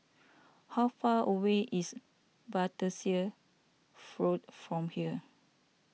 how far away is Battersea Road from here